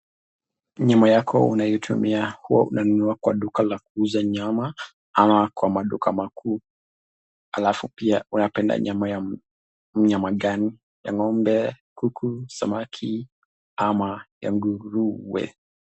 Nyama yako unaitumia huwa unanunua kwa duka la kuuza nyama ama kwa maduka makuu? Alafu pia unapenda nyama ya mnyama gani ya ng'ombe, kuku, samaki ama ya nguruwe?